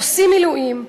עושים מילואים,